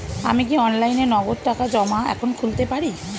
আমি কি অনলাইনে নগদ টাকা জমা এখন খুলতে পারি?